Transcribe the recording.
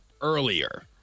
earlier